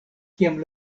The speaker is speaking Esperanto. kiam